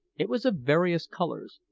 it was of various colours,